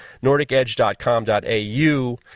NordicEdge.com.au